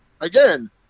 again